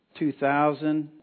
2000